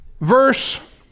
Verse